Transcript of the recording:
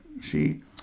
see